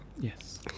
Yes